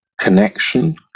connection